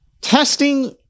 testing